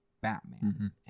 Batman